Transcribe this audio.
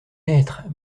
lettre